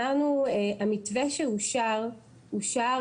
המתווה שאושר אושר,